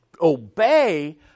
obey